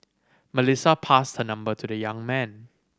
Melissa passed her number to the young man